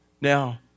Now